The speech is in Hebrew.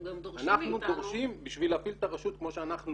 אנחנו דורשים בשביל להפעיל את הרשות כמו שאנחנו